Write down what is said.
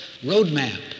roadmap